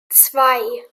zwei